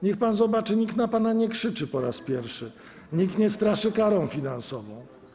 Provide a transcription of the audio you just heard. Niech pan zobaczy, nikt na pana nie krzyczy po raz pierwszy, nikt nie straszy karą finansową.